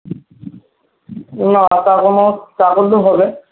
না তা করলেও তা করলেও হবে